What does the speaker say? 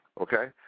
okay